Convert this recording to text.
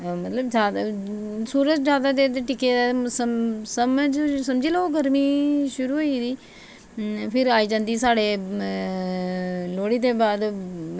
मतलब जादा सूरज जादा देर टिकेआ समझ समझी लैओ गर्मी शुरू होई एई फिर आई जंदी साढे लोह्ड़ी दे बाद